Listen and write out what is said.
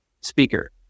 speaker